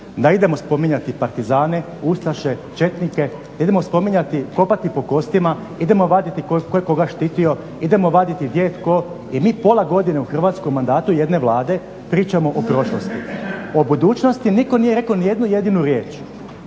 da idemo spominjati partizane, ustaše, četnike, da idemo spominjati, kopati po kostima, idemo vaditi tko je koga štitio, idemo vaditi gdje je tko i mi pola godine u Hrvatskom mandatu jedne Vlade pričamo o prošlosti. O budućnosti nitko nije rekao ni jednu jedinu riječ,